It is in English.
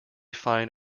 find